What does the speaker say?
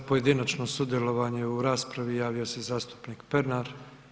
Za pojedinačno sudjelovanje u raspravi javio se zastupnik Pernar.